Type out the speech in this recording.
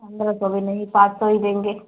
पंद्रह सौ भी नहीं सात सौ ही देंगे